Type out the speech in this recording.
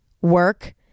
work